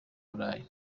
burayi